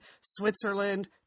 Switzerland